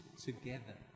together